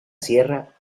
sierra